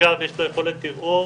יש לו יכולת ערעור